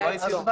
אפשר